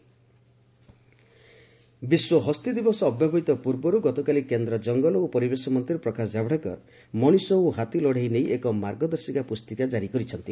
world elephant day ବିଶ୍ୱ ହସ୍ତୀ ଦିବସ ଅବ୍ୟବହିତ ପୂର୍ବରୁ ଗତକାଲି କେନ୍ଦ୍ର ଜଙ୍ଗଲ ଓ ପରିବେଶ ମନ୍ତ୍ରୀ ପ୍ରକାଶ ଜାଭଡେକର ମଣିଷ ଓହାତୀ ଲଢ଼େଇ ନେଇ ଏକ ମାର୍ଗଦର୍ଶିକା ପୁସ୍ତିକା ଜାରି କରିଛନ୍ତି